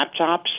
laptops